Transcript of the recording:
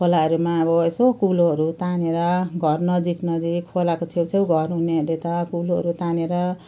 खोलाहरूमा अब यसो कुलोहरू तानेर घर नजिक नजिक खोलाको छेउछेउ घर हुनेहरूले त कुलोहरू तानेर